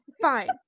fine